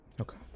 Okay